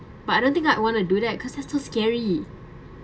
but I don't think I'd want to do that because that's too scary